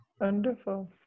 wonderful